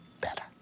better